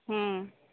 ହଁ